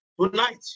Tonight